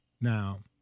Now